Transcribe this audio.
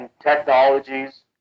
technologies